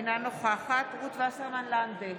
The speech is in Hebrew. אינה נוכחת רות וסרמן לנדה,